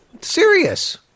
Serious